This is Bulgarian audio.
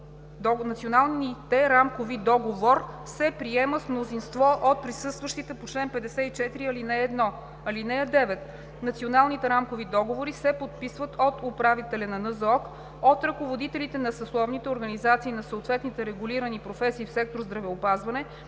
Националните рамкови договори се приемат с мнозинство от присъстващите по чл. 54, ал. 1. (9) Националните рамкови договори се подписват от управителя на НЗОК, от ръководителите на съсловните организации на съответните регулирани професии в сектор „Здравеопазване“